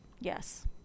yes